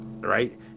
right